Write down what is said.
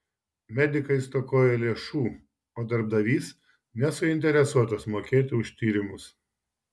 medikai stokoja lėšų o darbdavys nesuinteresuotas mokėti už tyrimus